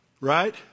Right